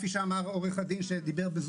כפי שאמר עורך הדין בזום,